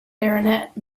baronet